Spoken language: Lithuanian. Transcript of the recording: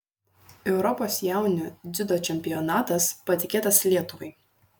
europos jaunių dziudo čempionatas patikėtas lietuvai